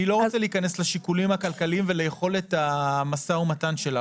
אני לא רוצה להיכנס לשיקולים הכלכליים וליכולת המשא ומתן שלה,